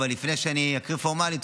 אבל לפני שאני אקריא פורמלית,